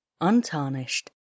untarnished